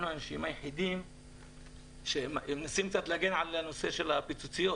היחידים שמנסים להגן על הנושא של הפיצוציות.